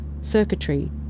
circuitry